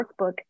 workbook